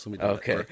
Okay